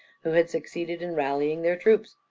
who had succeeded in rallying their troops.